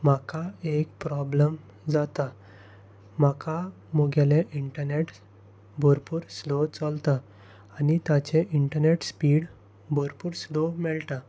म्हाका एक प्रोब्लम जाता म्हाका म्हगेलें इंटरनेट भरपूर स्लो चलता आनी ताचे इंटरनेट स्पीड भरपूर स्लो मेळटा